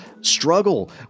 struggle